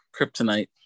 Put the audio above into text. kryptonite